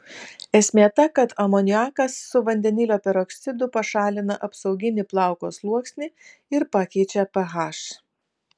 esmė ta kad amoniakas su vandenilio peroksidu pašalina apsauginį plauko sluoksnį ir pakeičia ph